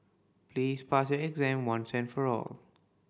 please pass your exam once and for all